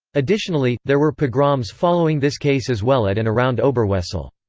additionally, there were pogroms following this case as well at and around oberwesel.